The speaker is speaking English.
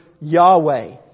Yahweh